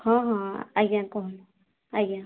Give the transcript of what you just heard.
ହଁ ହଁ ଆଜ୍ଞା କହୁନ୍ ଆଜ୍ଞା